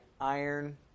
Iron